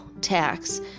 tax